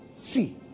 See